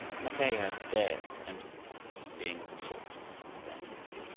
mackay had dared to enter the place, being of the sort that would dare anything.